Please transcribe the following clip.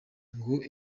ngo